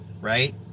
right